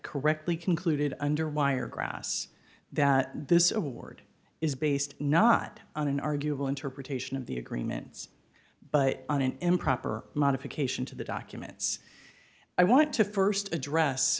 correctly concluded under wire grass that this award is based not on an arguable interpretation of the agreements but on an improper modification to the documents i want to st address